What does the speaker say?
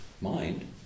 mind